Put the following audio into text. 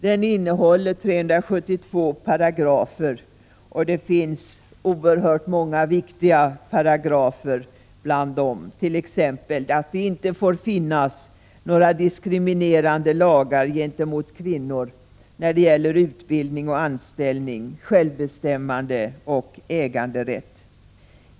Den innehåller 372 paragrafer, och bland dem finns många som är oerhört viktiga, t.ex. följande: Det får inte finnas några diskriminerande lagar gentemot kvinnor när det gäller utbildning och anställning, självbestämmandeoch äganderätt.